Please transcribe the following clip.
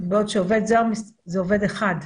בעוד שעובד זר זה עובד אחד,